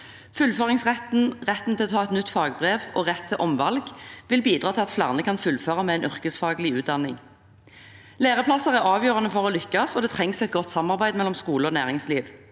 Fullføringsretten, retten til å ta et nytt fagbrev og rett til omvalg vil bidra til at flere kan fullføre en yrkesfaglig utdanning. Læreplasser er avgjørende for å lykkes, og det trengs et godt samarbeid mellom skole og næringsliv.